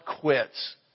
quits